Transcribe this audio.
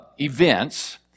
events